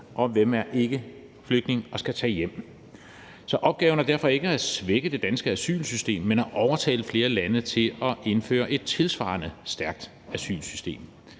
og hvem der ikke er flygtning og skal tage hjem. Så opgaven er derfor ikke at svække det danske asylsystem, men at overtale flere lande til at indføre et tilsvarende stærkt asylsystem.